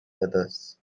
others